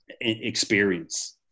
experience